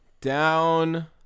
Down